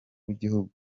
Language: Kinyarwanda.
w’igihugu